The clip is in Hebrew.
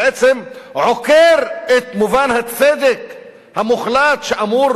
בעצם עוקר את מובן הצדק המוחלט שאמור